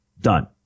done